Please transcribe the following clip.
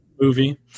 Movie